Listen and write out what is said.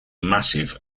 massive